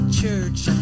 church